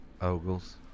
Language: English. Ogles